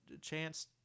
chance